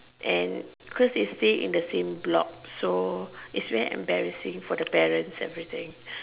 and cause you stay in the same block so it's very embarrassing for the parents everything